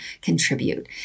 contribute